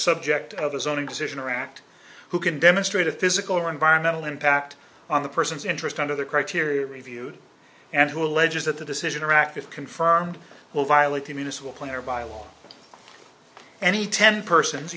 subject of his own exit in iraq who can demonstrate a physical or environmental impact on the person's interest under the criteria reviewed and who alleges that the decision or act of confirmed will violate the municipal player by law any ten person